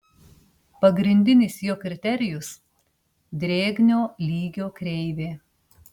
pagrindinis jo kriterijus drėgnio lygio kreivė